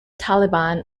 taliban